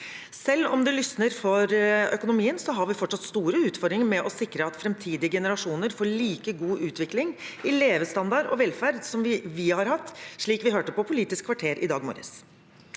Selv om det lysner for økonomien, har vi fortsatt store utfordringer med å sikre at framtidige generasjoner får like god utvikling i levestandard og velferd som vi har hatt, slik vi hørte på Politisk kvarter i dag morges.